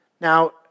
Now